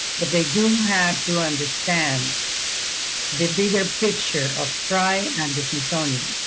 but they do have to understand the bigger picture of stri and the smithsonian.